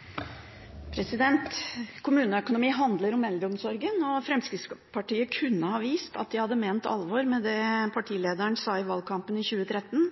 og Fremskrittspartiet kunne ha vist at de hadde ment alvor med det partilederen sa i valgkampen i 2013,